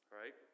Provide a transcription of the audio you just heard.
right